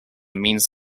means